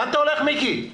לאן אתה הולך, מיקי?